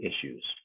issues